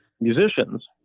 musicians